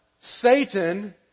Satan